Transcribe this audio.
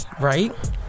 right